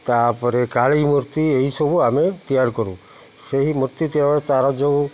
ତା'ପରେ କାଳୀ ମୂର୍ତ୍ତି ଏହିସବୁ ଆମେ ତିଆରି କରୁ ସେହି ମୂର୍ତ୍ତି ତାର ଯେଉଁ